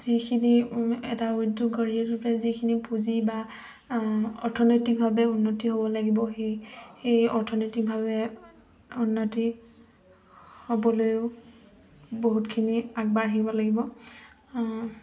যিখিনি এটা উদ্যোগ গঢ়িব পৰা যিখিনি পুঁজি বা অৰ্থনৈতিকভাৱে উন্নতি হ'ব লাগিব সেই সেই অৰ্থনৈতিকভাৱে উন্নতি হ'বলৈও বহুতখিনি আগবাঢ়িব লাগিব